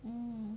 mm